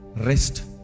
Rest